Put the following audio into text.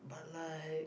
but like